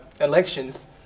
Elections